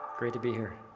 great to be here.